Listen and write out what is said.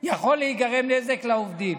יכול להיגרם נזק לעובדים.